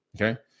Okay